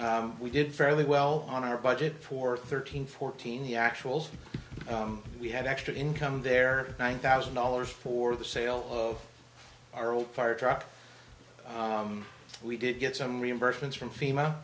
we did fairly well on our budget for thirteen fourteen the actual we had extra income there one thousand dollars for the sale of our old firetruck we did get some reimbursements from fema